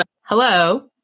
hello